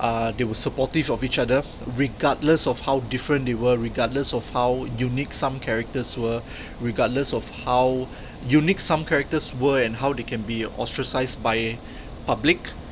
uh they were supportive of each other regardless of how different they were regardless of how unique some characters were regardless of how unique some characters were and how they can be ostracized by public